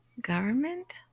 government